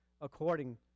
according